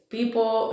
People